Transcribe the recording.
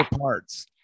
parts